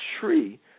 tree